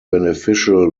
beneficial